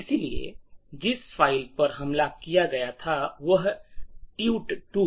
इसलिए जिस फाइल पर हमला किया गया था वह TUT2 थी